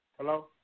Hello